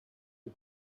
the